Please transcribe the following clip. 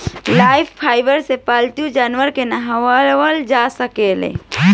Lifebuoy से पाल्तू जानवर के नेहावल जा सकेला